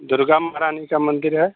दुर्गा महारानी का मंदिर है